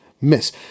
miss